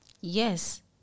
Yes